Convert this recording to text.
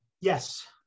Yes